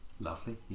lovely